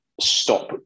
stop